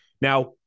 Now